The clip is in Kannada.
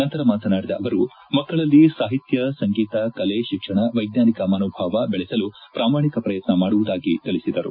ನಂತರ ಮಾತನಾಡಿದ ಅವರು ಮಕ್ಕಳಲ್ಲಿ ಸಾಹಿತ್ಯ ಸಂಗೀತ ಕಲೆ ಶಿಕ್ಷಣ ವೈಜ್ವಾನಿಕ ಮನೋಭಾವ ಬೆಳೆಸಲು ಪ್ರಾಮಾಣಿಕ ಪ್ರಯತ್ನ ಮಾಡುವುದಾಗಿ ತಿಳಿಸಿದರು